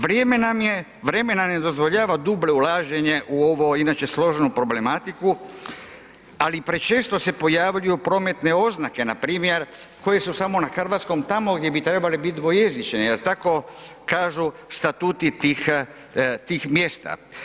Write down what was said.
Vrijeme nam ne dozvoljava dublje ulaženje u ovo inače složenu problematiku, ali prečesto se pojavljuju prometne oznake, npr. koje su samo na hrvatskom tamo gdje bi trebale biti dvojezične jer tako kažu statuti tih mjesta.